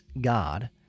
God